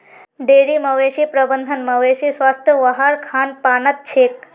dairy मवेशी प्रबंधत मवेशीर स्वास्थ वहार खान पानत छेक